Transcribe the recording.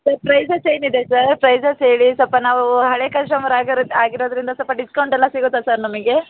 sir prices ಏನಿದೆ sir prices ಹೇಳಿ ಸ್ವಲ್ಪ ನಾವು ಹಳೆ ಕಸ್ಟಮರ್ ಆಗಿರೋ ಆಗಿರೋದರಿಂದ ಸ್ವಲ್ಪ ಡಿಸ್ಕೌಂಟ್ ಎಲ್ಲ ಸಿಗುತ್ತಾ ಸರ್ ನಮಗೆ